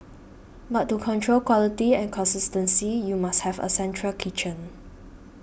but to control quality and consistency you must have a central kitchen